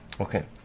Okay